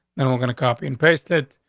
and we're gonna copy and paste it.